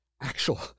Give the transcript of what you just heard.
actual